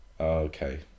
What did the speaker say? okay